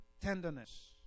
tenderness